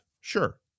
Sure